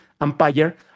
empire